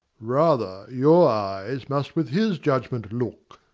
rather your eyes must with his judgment look.